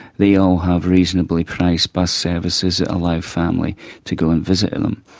they all have reasonably priced bus services that allow family to go and visit them.